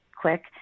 quick